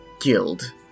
guild